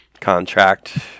contract